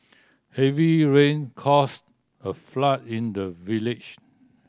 heavy rain caused a flood in the village